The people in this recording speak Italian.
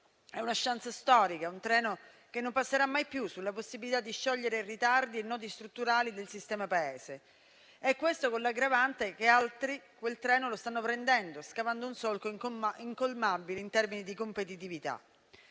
È una *chance* storica, un treno che non passerà mai più sulla possibilità di sciogliere ritardi e nodi strutturali del sistema Paese, e questo con l'aggravante che altri quel treno lo stanno prendendo, scavando un solco incolmabile in termini di competitività.